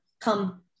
come